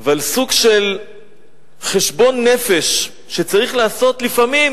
ועל סוג של חשבון נפש שצריך לעשות לפעמים,